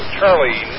Charlie